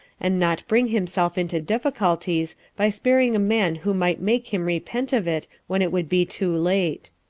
and not bring himself into difficulties, by sparing a man who might make him repent of it when it would be too late.